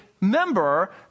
member